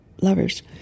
lovers